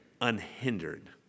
unhindered